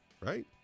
right